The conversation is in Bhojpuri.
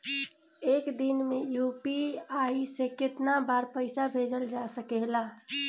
एक दिन में यू.पी.आई से केतना बार पइसा भेजल जा सकेला?